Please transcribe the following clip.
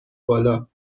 بالا